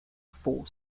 four